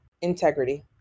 Integrity